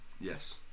Yes